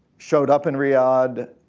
showed up in riyadh,